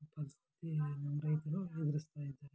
ಪರಿಸ್ಥಿತಿ ನಮ್ಮ ರೈತರು ಎದುರಿಸ್ತಾ ಇದಾರೆ